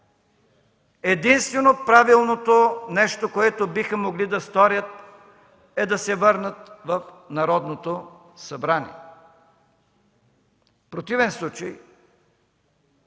единственото правилно нещо, което биха могли да сторят, е да се върнат в Народното събрание. В противен случай